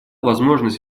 возможность